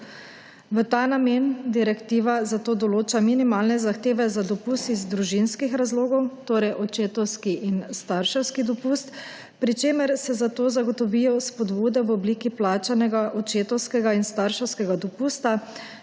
V ta namen direktiva zato določa minimalne zahteve za dopust iz družinskih razlogov, torej očetovski in starševski dopust, pri čemer se zato zagotovijo spodbude v obliki plačanega očetovskega in starševskega dopusta,